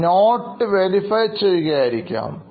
ആ notes verify ചെയ്യുകയായിരിക്കും